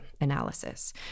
analysis